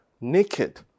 naked